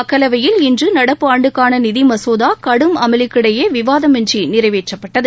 மக்களவையில் இன்று நடப்பு ஆண்டுக்கான நிதி மசோதா கடும் அமளிக்கிடையே விவாதமின்றி நிறைவேற்றப்பட்டது